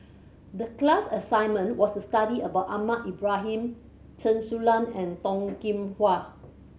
the class assignment was to study about Ahmad Ibrahim Chen Su Lan and Toh Kim Hwa